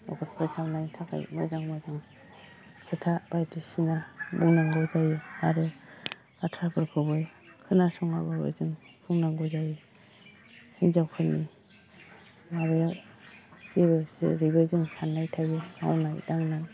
न'खर फोसाबनायनि थाखाय मोजां मोजां खोथा बायदिसिना बुंनांगौ जायो आरो बाथ्राफोरखौबो खोनासङाबाबो जों बुंनांगौ जायो हिन्जाव खायनो माबायाव जेबो जेरैबो जों साननाय थायो मावनाय दांनाय